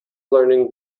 learning